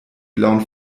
blauen